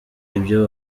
ibyo